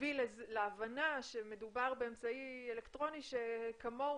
מביא להבנה שמדובר באמצעי אלקטרוני שכמוהו